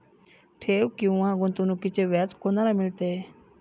ठेव किंवा गुंतवणूकीचे व्याज कोणाला मिळते?